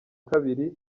kabiri